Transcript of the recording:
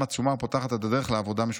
עצומה ופותחת את הדרך לעבודה משותפת.